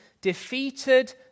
defeated